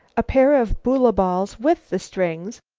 a pair of boola balls with the strings,